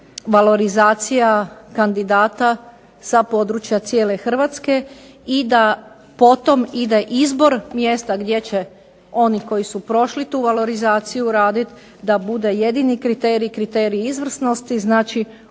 valorizacija kandidata sa područja cijele Hrvatske i da po tom ide izbor mjesta gdje će oni koji su prošli tu valorizaciju raditi da bude jedini kriterij, kriterij izvrsnosti, znači